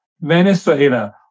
Venezuela